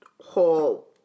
whole